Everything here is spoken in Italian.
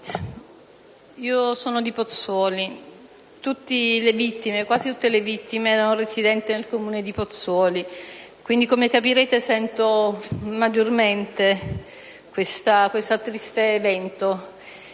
io sono di Pozzuoli e quasi tutte le vittime erano residenti nel comune di Pozzuoli e, quindi, come capirete, sento maggiormente questo triste evento.